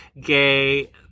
gay